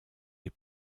les